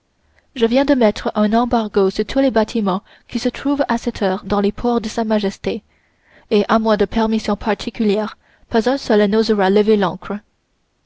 je viens de mettre un embargo sur tous les bâtiments qui se trouvent à cette heure dans les ports de sa majesté et à moins de permission particulière pas un seul n'osera lever l'ancre